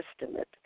estimate